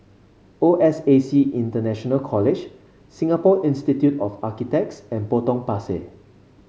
O S A C International College Singapore Institute of Architects and Potong Pasir